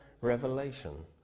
revelation